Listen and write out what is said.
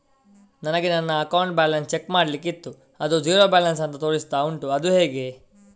ನನಗೆ ನನ್ನ account balance check ಮಾಡ್ಲಿಕ್ಕಿತ್ತು ಅದು ಝೀರೋ ಬ್ಯಾಲೆನ್ಸ್ ಅಂತ ತೋರಿಸ್ತಾ ಉಂಟು ಅದು ಹೇಗೆ?